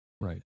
Right